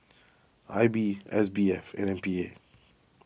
I B S B F and M P A